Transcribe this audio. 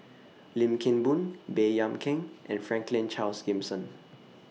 Lim Kim Boon Baey Yam Keng and Franklin Charles Gimson